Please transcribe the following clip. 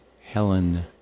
Helen